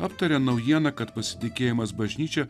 aptarė naujieną kad pasitikėjimas bažnyčia